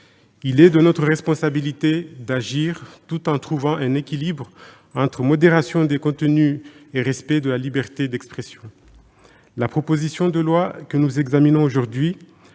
il est de notre responsabilité d'agir, tout en trouvant un équilibre entre modération des contenus et respect de la liberté d'expression. La proposition de loi que nous examinons aujourd'hui,